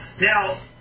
Now